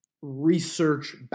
Research